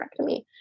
hysterectomy